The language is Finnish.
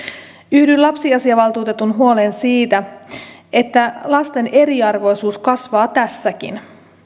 yhdyn lapsiasiavaltuutetun huoleen siitä että lasten eriarvoisuus kasvaa tässäkin